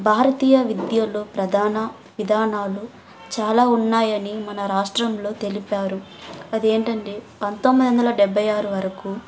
భారతీయ విద్యలో ప్రధాన విధానాలు చాలా ఉన్నాయని మన రాష్ట్రంలో తెలిపారు అది ఏంటంటే పంతొమ్మిది వందల డెబ్భై ఆరు వరకు